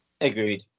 Agreed